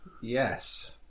yes